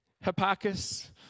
Hipparchus